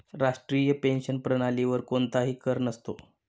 राष्ट्रीय पेन्शन प्रणालीवर कोणताही कर नसतो